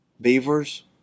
beavers